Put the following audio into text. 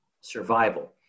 survival